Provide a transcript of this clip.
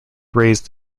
raised